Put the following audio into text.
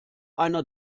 einer